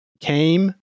came